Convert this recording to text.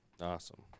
Awesome